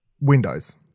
Windows